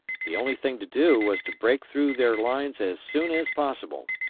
the only thing to do was to break through their lines as soon as possible.